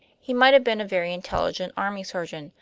he might have been a very intelligent army surgeon,